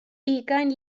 ugain